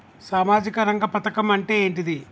సామాజిక రంగ పథకం అంటే ఏంటిది?